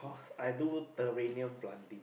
I do theraneem planting